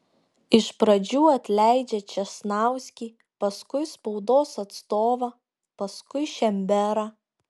iš pradžių atleidžia česnauskį paskui spaudos atstovą paskui šemberą